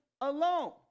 alone